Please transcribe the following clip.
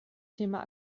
thema